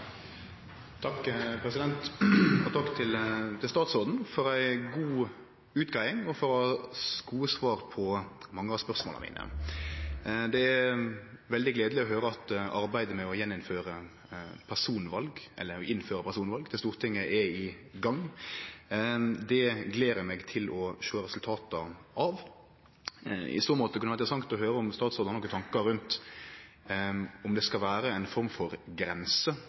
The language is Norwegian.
utgreiing og for gode svar på mange av spørsmåla mine. Det er veldig gledeleg å høyre at arbeidet med å innføre personval til Stortinget er i gang. Det gler eg meg til å sjå resultata av. I så måte kunne det vere interessant å høyre om statsråden har nokre tankar om det skal vere ei form for grense